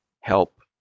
help